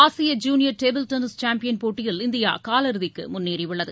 ஆசிய junior table tennis champion போட்டியில் India காலிறுதிக்கு முன்னேறியுள்ளது